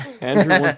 Andrew